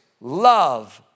love